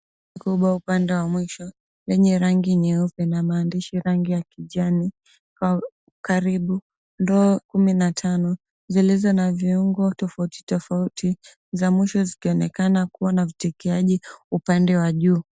Kubwa upande wa mwisho yenye rangi nyeupe na maandishi rangi ya kijani kwa ukaribu ndoo kumi na tano zilizo na viungo tofauti tofauti za mwisho zikionekana kuwa na vitekeaji upande wa juu.